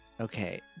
okay